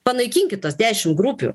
panaikinkit tas dešim grupių